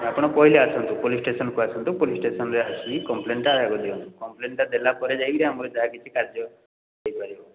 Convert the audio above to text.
ଆପଣ ପହିଲେ ଆସନ୍ତୁ ପୋଲିସ୍ ଷ୍ଟେସନ୍କୁ ଆସନ୍ତୁ ପୋଲିସ୍ ଷ୍ଟେସନ୍ରେ ଆସିକି କମ୍ପ୍ଲେନ୍ଟା ଆଗ ଦିଅନ୍ତୁ କମ୍ପ୍ଲେନ୍ଟା ଦେଲାପରେ ଯାଇକିରି ଆମର ଯାହା କିଛି କାର୍ଯ୍ୟ ହେଇପାରିବ